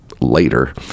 later